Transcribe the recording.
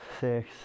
six